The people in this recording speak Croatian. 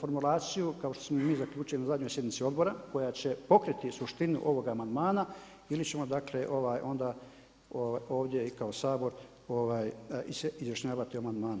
formulaciju kao što smo zaključili na zadnjoj sjednici odbora koja će pokriti suštinu ovog amandmana ili ćemo onda ovdje i kao Sabor izjašnjavati o amandmanu.